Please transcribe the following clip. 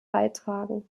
beitragen